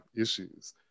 issues